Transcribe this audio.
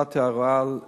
נתתי הוראה,